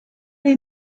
est